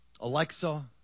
Alexa